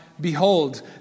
behold